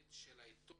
האחראית של העיתון